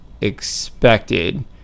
expected